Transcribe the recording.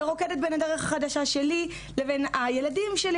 ורוקדת בין הדרך החדשה שלי לבין הילדים שלי